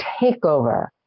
takeover